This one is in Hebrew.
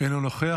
אינו נוכח.